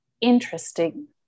interesting